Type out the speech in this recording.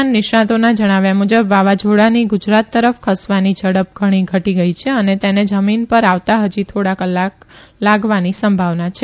હવામાન નિષ્ણાંતોના જણાવ્યા મુજબ વાવાઝોડાની ગુજરાત તરફ ખસવાની ઝડપ ઘણી ઘટી ગઈ છે અને તેને જમીન પર આવતા હજી થીડા કલાક લાગવાની સંભાવના છે